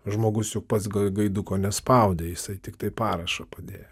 žmogus juk pats gaiduko nespaudė jisai tiktai parašą padėjo